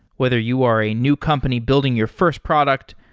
whether you are a new company building your first product,